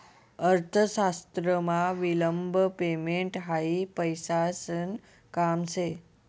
अर्थशास्त्रमा विलंब पेमेंट हायी पैसासन काम शे